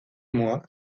mois